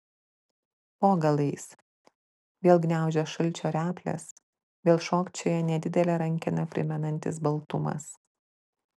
po galais vėl gniaužia šalčio replės vėl šokčioja nedidelę rankeną primenantis baltumas